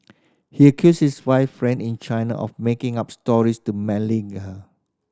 he accused his wife friend in China of making up stories to malign her